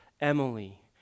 Emily